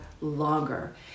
longer